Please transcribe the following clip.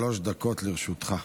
שלוש דקות לרשותך.